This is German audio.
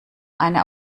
eine